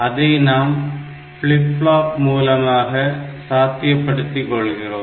அதை நாம் flip flop மூலமாக சாத்தியப்படுத்தி கொள்கிறோம்